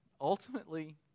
Ultimately